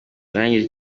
urangije